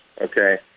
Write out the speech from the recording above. okay